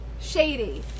Shady